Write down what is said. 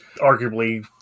arguably